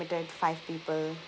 limited five people